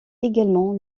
également